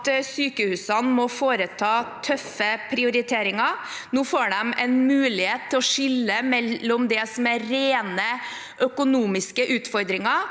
sykehusene må foreta tøffe prioriteringer. Nå får de en mulighet til å skille mellom det som er rene økonomiske utfordringer,